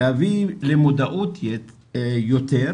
להביא למודעות יותר,